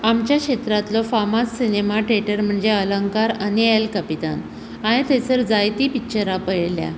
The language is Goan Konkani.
आमच्या क्षेत्रांतलो फामाद सिनेमा थिएटर म्हणजे अलंकार आनी एल कपिता हांवें थंयसर जायतीं पिक्चरां पळयल्यांत